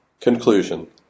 Conclusion